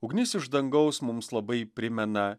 ugnis iš dangaus mums labai primena